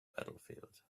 battlefield